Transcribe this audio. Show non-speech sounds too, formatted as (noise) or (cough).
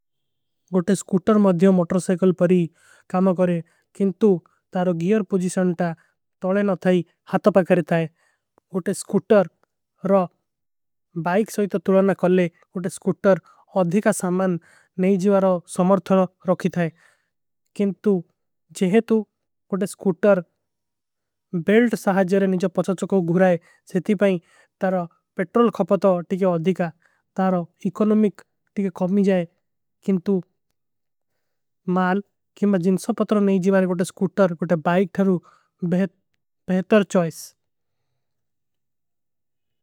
ଗୋଟେ ସ୍କୂଟର ମଧ୍ଯୋଂ ମୋଟରୋସାଇକଲ ପରୀ କାମା କରେ କିଂଟୁ ତାରୋ ଗୀର। ପୁଜିଶନ ଟା ତଲେ ନ ଥାଈ ହାଥ ପାକରେ ଥାଈ ଗୋଟେ ସ୍କୂଟର ଔର ବାଇକ। ସୋଈତ ତୋ ତୁଲାନା କଲେ ଗୋଟେ ସ୍କୂଟର ଅଧିକା ସାମାନ ନହୀଂ ଜୀଵାରୋ। ସମର୍ଥରୋ ରଖୀ ଥାଈ କିଂଟୁ ଜେହେ ତୂ ଗୋଟେ ସ୍କୂଟର (hesitation) ବେଲ୍ଟ। ସହାଜ ଜରେ ନିଜା ପୁଛା ଚୋକୋ ଗୁରାଏ ସେତୀ ପାଇଂ ତାରୋ ପେଟ୍ରୋଲ ଖୌପତୋ ଟୀକେ। ଅଧିକା ତାରୋ ଇକୋନୋମିକ ଟୀକେ ଖୌପନୀ ଜାଏ କିଂଟୁ ମାଲ କିମାର ଜିନସୋ। ପତରୋ ନହୀଂ ଜୀଵାରେ ଗୋଟେ ସ୍କୂଟର ଗୋଟେ ବାଇକ ଖରୂ (hesitation) ବେହତର।